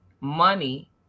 money